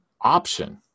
option